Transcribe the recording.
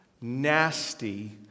nasty